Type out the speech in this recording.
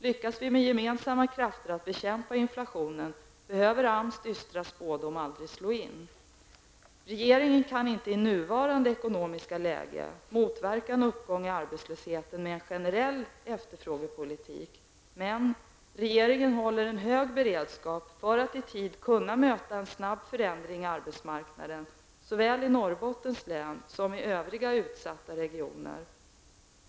Lyckas vi med gemensamma krafter att bekämpa inflationen behöver AMS dystra spådom aldrig slå in. Regeringen kan i nuvarande ekonomiska läge inte motverka en uppgång i arbetslösheten med en generell efterfrågepolitik. Men regeringen håller en hög beredskap för att i tid kunna möta en snabb förändring av läget på arbetsmarknaden såväl i Norrbottens län som i övriga utsatta regioner.